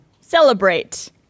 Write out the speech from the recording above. Celebrate